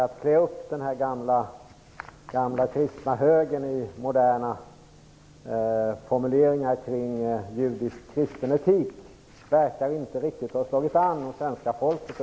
Att klä upp den gamla kristna högern i moderna formuleringar kring judisk-kristen etik, verkar inte riktigt ha slagit an hos svenska folket.